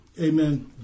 Amen